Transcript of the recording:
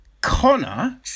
Connor